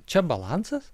čia balansas